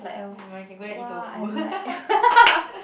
nevermind you can go there eat tofu